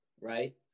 right